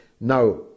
Now